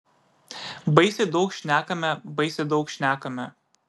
baisiai daug šnekame baisiai daug šnekame